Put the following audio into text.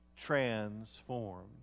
transformed